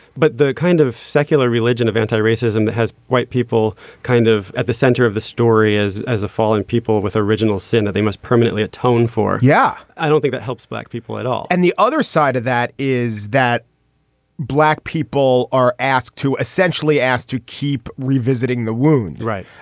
but the kind of secular religion of anti-racism that has white people kind of at the center of the story is as a fallen people with original sin that they must permanently atone for. yeah. i don't think that helps black people at all and the other side of that is that black people are asked to essentially asked to keep revisiting the wound. right.